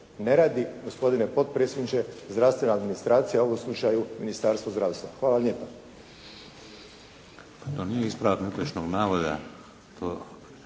ne radi gospodine potpredsjedniče zdravstvena administracija u ovom slučaju Ministarstvo zdravstva. Hvala lijepa.